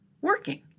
working